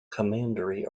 commandery